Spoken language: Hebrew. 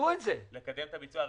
לקדם את הביצוע.